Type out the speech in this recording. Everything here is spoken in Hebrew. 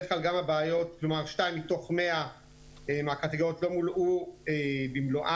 כלומר שתיים מתוך 100 מהקטיגוריות לא מולאו במלואן,